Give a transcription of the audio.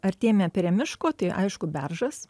artėjame prie miško tai aišku beržas